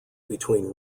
between